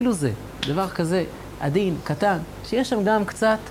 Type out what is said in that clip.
אפילו זה, דבר כזה עדין, קטן, שיש שם גם קצת...